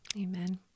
Amen